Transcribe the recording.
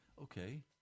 Okay